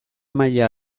maila